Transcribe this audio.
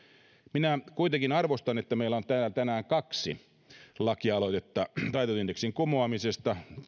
minä kuitenkin arvostan että meillä on täällä tänään kaksi lakialoitetta taitetun indeksin kumoamisesta